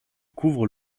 couvrent